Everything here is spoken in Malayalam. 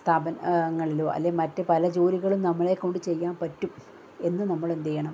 സ്ഥാപനങ്ങളിലോ അല്ലെങ്കിൽ മറ്റ് പല ജോലികളും നമ്മളെക്കൊണ്ട് ചെയ്യാൻ പറ്റും എന്ന് നമ്മളെന്തെയ്യണം